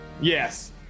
Yes